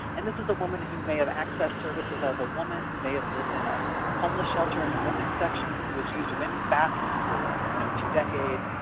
and this is a woman who may have accessed services as a woman, who may have lived in a homeless shelter in a women's section, who has used a women's bathroom for you know two decades,